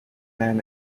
man